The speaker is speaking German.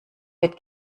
wird